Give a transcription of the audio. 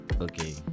Okay